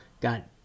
got